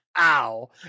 ow